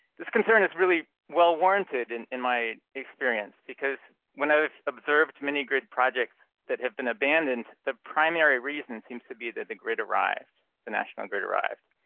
this concern is really well warranted and in my experience because when i've observed mini-grid projects that have been abandoned, the primary reason seems to be that the grid arrived, the national grid arrived.